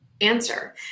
answer